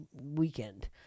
weekend